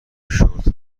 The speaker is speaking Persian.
شورت